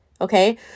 okay